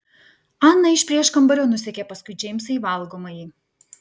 ana iš prieškambario nusekė paskui džeimsą į valgomąjį